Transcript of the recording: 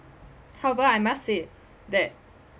however I must say that